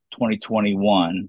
2021